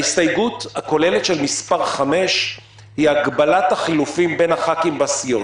ההסתייגות הכוללת של מס' 5 היא הגבלת החילופים בין חברי הכנסת בסיעות.